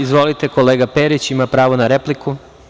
Izvolite, kolega Perić, imate pravo na repliku.